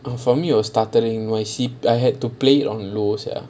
oh for me was sparkling I see I have to play it on low sia